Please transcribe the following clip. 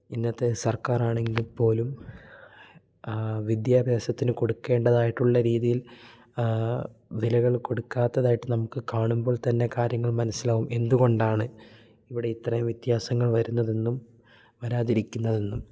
ഇന്നത്തെ സർക്കാർ ആണെങ്കിൽ പോലും വിദ്യാഭ്യാസത്തിന് കൊടുക്കേണ്ടതായിട്ടുള്ള രീതിയിൽ വിലകൾ കൊടുക്കാത്തതായിട്ട് നമുക്ക് കാണുമ്പോൾ തന്നെ കാര്യങ്ങൾ മനസ്സിലാവും എന്തുകൊണ്ടാണ് ഇവിടെ ഇത്രയും വ്യത്യാസങ്ങൾ വരുന്നത് എന്നും വരാതിരിക്കുന്നത് എന്നും